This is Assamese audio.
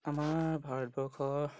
আমাৰ ভাৰতবৰ্ষ